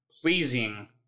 pleasing